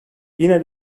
yine